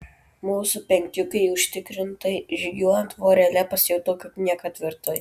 mūsų penkiukei užtikrintai žygiuojant vorele pasijutau kaip niekad tvirtai